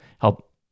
help